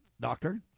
Doctor